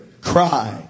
cry